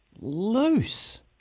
Loose